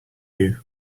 you